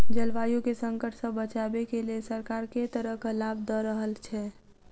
जलवायु केँ संकट सऽ बचाबै केँ लेल सरकार केँ तरहक लाभ दऽ रहल छै?